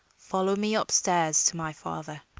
follow me up-stairs to my father.